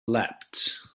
leapt